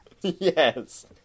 Yes